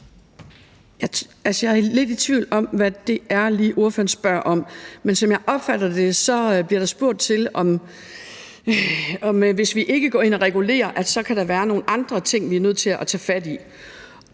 jeg er lidt i tvivl om, hvad det lige er, der bliver spurgt om. Men som jeg opfatter det, bliver der spurgt til, om det er sådan, at hvis vi ikke går ind og regulerer, kan der være nogle andre ting, vi er nødt til at tage fat i.